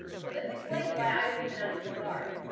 so this explains why i was in the national guard.